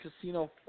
Casino